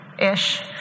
ish